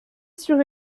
sur